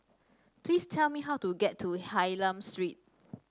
please tell me how to get to Hylam Street